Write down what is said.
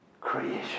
Creation